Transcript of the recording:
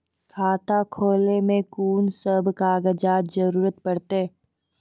खाता खोलै मे कून सब कागजात जरूरत परतै?